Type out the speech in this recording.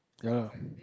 ya